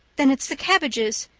then it's the cabbages!